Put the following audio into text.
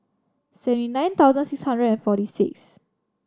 seventy nine thousand six hundred and forty six